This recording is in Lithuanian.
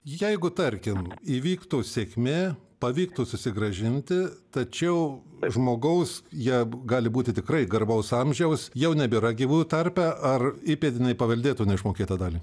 jeigu tarkim įvyktų sėkmė pavyktų susigrąžinti tačiau žmogaus jie gali būti tikrai garbaus amžiaus jau nebėra gyvųjų tarpe ar įpėdiniai paveldėtų neišmokėtą dalį